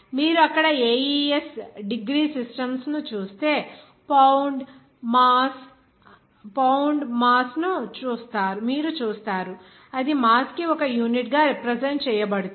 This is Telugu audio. మీరు అక్కడ AES డిగ్రీ సిస్టమ్స్ ను చూస్తే పౌండ్ మాస్ ను మీరు చూస్తారు అది మాస్ కి ఒక యూనిట్గా రరిప్రజెంట్ చేయబడుతుంది